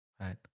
Right